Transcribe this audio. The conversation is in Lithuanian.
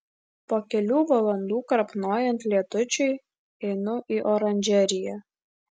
po kelių valandų krapnojant lietučiui einu į oranžeriją